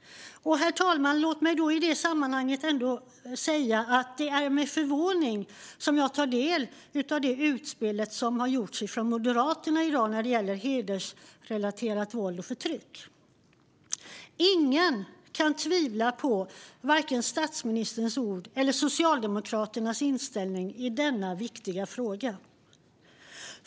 Herr talman! Låt mig i detta sammanhang säga att det är med förvåning jag tar del av det utspel som i dag har gjorts av Moderaterna vad gäller hedersrelaterat våld och förtryck. Ingen kan tvivla på statsministerns ord eller Socialdemokraternas inställning i denna viktiga fråga.